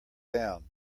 down